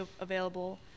available